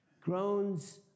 groans